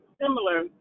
similar